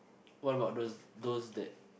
what about those those that